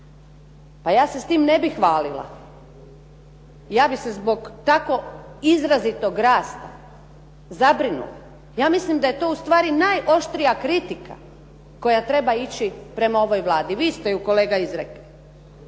Pa ja se s time ne bih hvalila. Ja bih se zbog tako izrazitog rasta zabrinula. Ja mislim da je to ustvari najoštrija kritika koja treba ići prema ovaj Vladi. Vi ste je kolega izrekli.